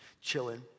chilling